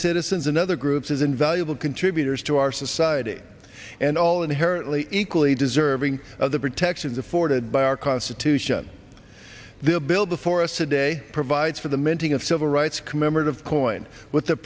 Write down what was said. citizens and other groups as invaluable contributors to our society and all inherently equally deserving of the protections afforded by our constitution the bill before us today provides for the minting of civil rights commemorative coin with the